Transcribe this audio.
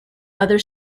other